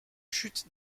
chute